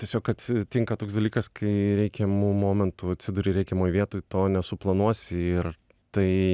tiesiog atsitinka toks dalykas kai reikiamu momentu atsiduri reikiamoj vietoj to nesuplanuosi ir tai